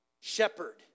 shepherd